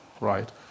right